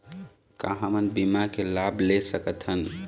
का हमन बीमा के लाभ ले सकथन?